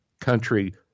country